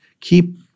keep